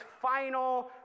final